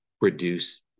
reduce